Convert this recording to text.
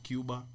Cuba